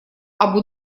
абу